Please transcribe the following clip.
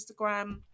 Instagram